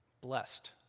Blessed